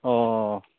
অ